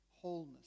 Wholeness